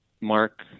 Mark